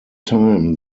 time